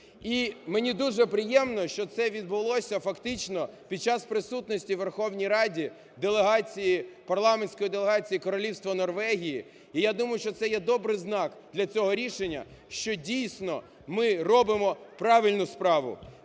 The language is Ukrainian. мені дуже приємно, що це відбулося фактично під час присутності у Верховній Раді делегації, парламентської делегації Королівства Норвегія, і я думаю, що це є добрий знак для цього рішення, що дійсно ми робимо правильну справу.